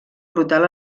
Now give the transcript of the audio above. brutal